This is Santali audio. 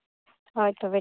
ᱦᱳᱭ ᱛᱚᱵᱮ